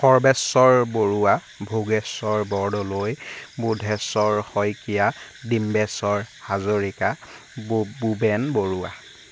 সৰ্বেশ্বৰ বৰুৱা ভোগেশ্বৰ বৰদলৈ বোধেশ্বৰ শইকীয়া ডিম্বেশ্বৰ হাজৰিকা বো বোবেন বৰুৱা